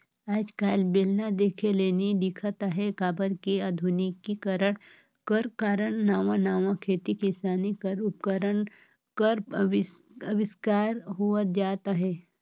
आएज काएल बेलना देखे ले नी दिखत अहे काबर कि अधुनिकीकरन कर कारन नावा नावा खेती किसानी कर उपकरन कर अबिस्कार होवत जात अहे